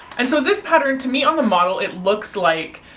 and so this pattern to me, on the model, it looks like